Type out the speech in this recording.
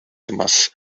thomas